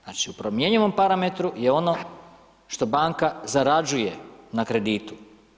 Znači u promjenjivom parametru je ono što banka zarađuje na kreditu.